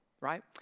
right